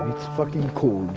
and it's fucking cold.